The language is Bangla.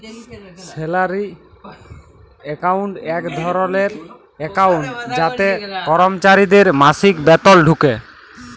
স্যালারি একাউন্ট এক ধরলের একাউন্ট যাতে করমচারিদের মাসিক বেতল ঢুকে